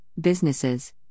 businesses